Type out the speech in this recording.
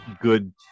Good